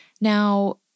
Now